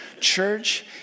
Church